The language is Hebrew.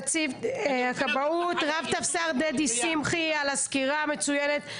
אני מודה לנציב הכבאות רב טפסר דדי שמחי על הסקירה המצוינת.